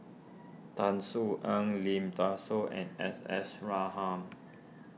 Tan Su Aun Lim Tan Soo and S S Ratham